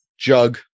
Jug